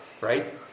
right